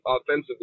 offensively